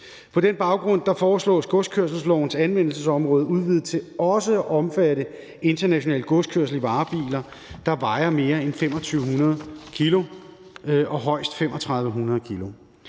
På den baggrund foreslås godskørselslovens anvendelsesområde udvidet til også at omfatte international godskørsel i varebiler, der vejer mere end 2.500 kg og højst 3.500 kg.